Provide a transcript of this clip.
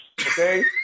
okay